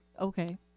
Okay